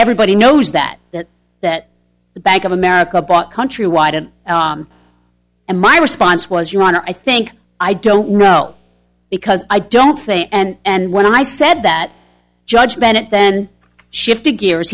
everybody knows that that that the bank of america bought countrywide and and my response was your honor i think i don't know because i don't think and when i said that judge bennett then shifted gears